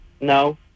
No